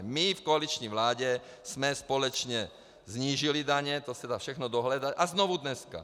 My v koaliční vládě jsme společně snížili daně, to se dá všechno dohledat, a znovu dneska.